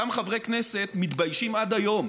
אותם חברי כנסת מתביישים עד היום